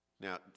Now